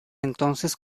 entonces